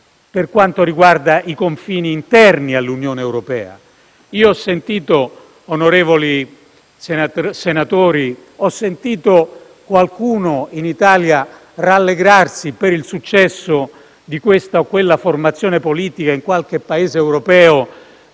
per quanto riguarda i confini interni all'Unione europea. Onorevoli senatori, ho sentito qualcuno in Italia rallegrarsi per il successo di questa o quella formazione politica in qualche Paese europeo